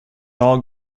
all